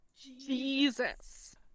Jesus